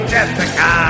Jessica